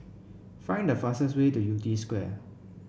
find the fastest way to Yew Tee Square